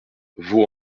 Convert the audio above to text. vaux